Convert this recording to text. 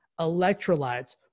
electrolytes